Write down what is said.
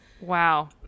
Wow